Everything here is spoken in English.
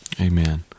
amen